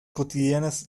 cotidianas